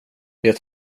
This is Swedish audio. det